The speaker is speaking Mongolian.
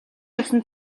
явсан